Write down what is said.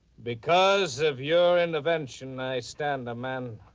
because of your intervention, i stand. a man